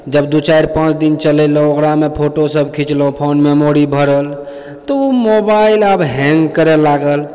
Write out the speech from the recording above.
जब दू चारि पाँच दिन चलेलहुँ ओकरामे फोटो सब खिचलहुँ फोन मेमोरी भरल तऽ मोबाइल आब हैंग करै लागल